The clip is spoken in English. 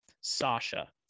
Sasha